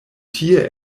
tie